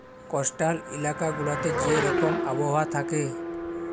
coastal ইলাকা গুলাতে যে রকম আবহাওয়া থ্যাকে